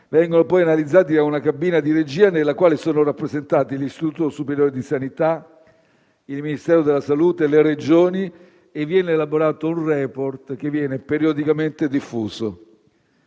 vengono analizzati da una cabina di regia nella quale sono rappresentati l'Istituto superiore di sanità, il Ministero della salute e le Regioni, e viene elaborato un *report* che viene periodicamente diffuso.